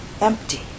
empty